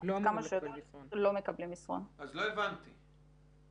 מסרון אבל אלה שכן קיבלו מסרון זה 21,759. זאת אומרת שיש לנו פער.